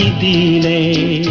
dna